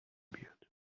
بیاد